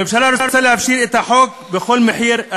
הממשלה רוצה להפשיר את החוק בכל מחיר,